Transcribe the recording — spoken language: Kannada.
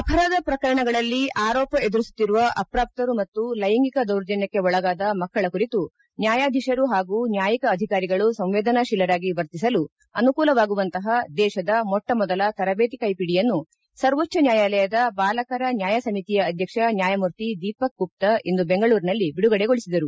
ಅಪರಾಧ ಪ್ರಕರಣಗಳಲ್ಲಿ ಆರೋಪ ಎದುರಿಸುತ್ತಿರುವ ಅಪಾಪ್ತರು ಮತ್ತು ಲೈಂಗಿಕ ದೌರ್ಜನ್ಯಕ್ಕೆ ಒಳಗಾದ ಮಕ್ಕಳ ಕುರಿತು ನ್ಯಾಯಾಧೀಶರು ಪಾಗು ನ್ಯಾಯಿಕ ಅಧಿಕಾರಿಗಳು ಸಂವೇದನಾಶೀಲರಾಗಿ ವರ್ತಿಸಲು ಅನುಕೂಲವಾಗುವಂತಹ ದೇಶದ ಮೊಟ್ಟಮೊದಲ ತರಬೇತಿ ಕೈಪಿಡಿಯನ್ನು ಸರ್ವೋಚ್ಚ ನ್ಕಾಯಾಲಯದ ಬಾಲಕರ ನ್ಕಾಯ ಸಮಿತಿಯ ಆಧ್ವಕ್ಷ ನ್ಕಾಯಮೂರ್ತಿ ದೀಪಕ್ ಗುಪ್ತಾ ಇಂದು ಬೆಂಗಳೂರಿನಲ್ಲಿ ಬಿಡುಗಡೆಗೊಳಿಸಿದರು